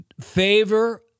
favor